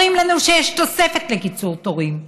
אומרים לנו שיש תוספת לקיצור תורים.